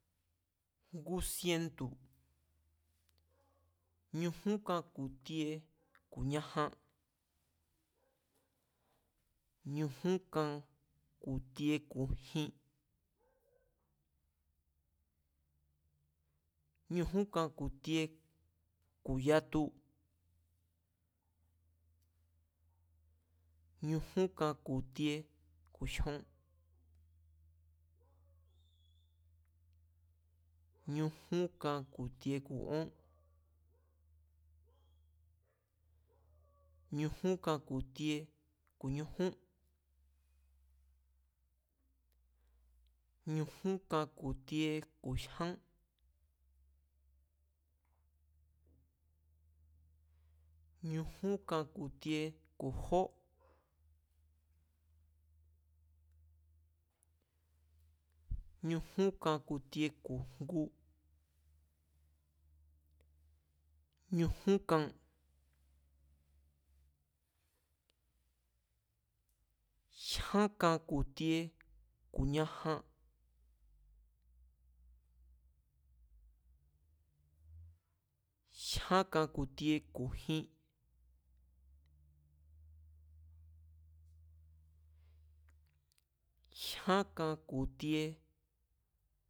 Ngu sientu̱, ñujún kan ku̱ tie ku̱ ñajan, ñujún kan ku̱ tie ku̱ jin, ñujún kan ku̱ tie ku̱ yatu, ñujún kan ku̱ tie ku̱ jyon, ñujún kan ku̱ tie ku̱ ón, ñujún kan ku̱ tie ku̱ ñujún, ñujún kan ku̱ tie ku̱ jyán, ñujún kan ku̱ tie ku̱ jón, ñujún kan ku̱ ti̱e̱ ku̱ jngu, ñujún kan, jyán kan ku̱ tie ku̱ ñajan, jyán kan ku̱ ti̱e̱ ku̱ jin, jyán kan ku̱ ti̱e̱